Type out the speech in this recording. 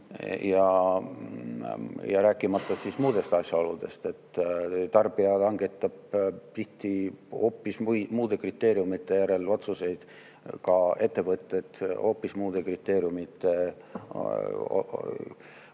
Ja rääkimata muudest asjaoludest. Tarbija langetab tihti hoopis muude kriteeriumite järel otsuseid, ka ettevõtted hoopis muude kriteeriumide alusel